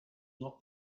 not